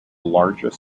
largest